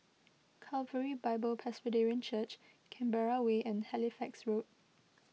Calvary Bible Presbyterian Church Canberra Way and Halifax Road